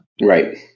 Right